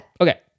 Okay